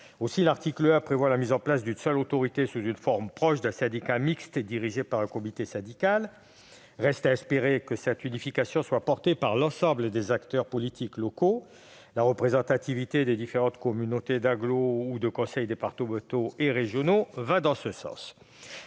L'article 1 prévoit la mise en place d'une seule autorité, sous une forme proche d'un syndicat mixte dirigé par un comité syndical. Reste à espérer que cette unification soit soutenue par l'ensemble des acteurs politiques locaux : la représentation des différentes communautés d'agglomération ou des conseils départementaux et régionaux va dans ce sens.